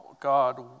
God